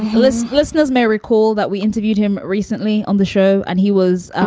listen, listeners may recall that we interviewed him recently on the show and he was ah